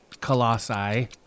colossi